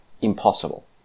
impossible